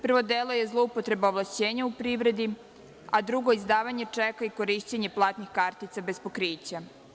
Prvo delo je zloupotreba ovlašćenja u privredi, a drugo izdavanje čeka i korišćenje platnih kartica bez pokrića.